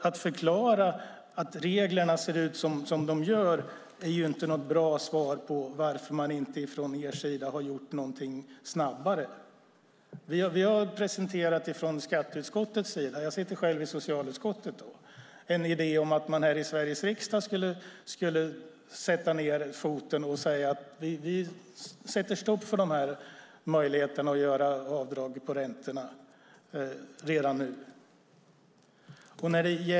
Att förklara att reglerna ser ut som de gör är inte något bra svar på varför man inte från er sida har gjort någonting snabbare. Från skatteutskottets sida - jag sitter själv i socialutskottet - har man presenterat en idé om att man här i Sveriges riksdag skulle sätta ned foten och säga att vi sätter stopp för möjligheten att göra avdrag på räntorna redan nu.